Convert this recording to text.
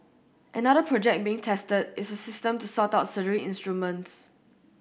another project being tested is a system to sort out surgery instruments